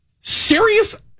Serious